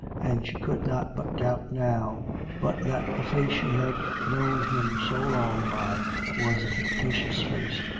and she could not but doubt now but that the face she had known him so long by was a fictitious face,